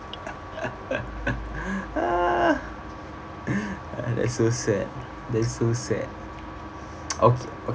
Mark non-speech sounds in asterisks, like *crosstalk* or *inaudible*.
*laughs* that's so sad that's so sad *noise* okay